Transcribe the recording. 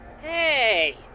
Hey